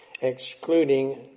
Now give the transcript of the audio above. excluding